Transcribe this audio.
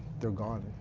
they're gone.